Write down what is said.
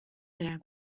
sample